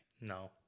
No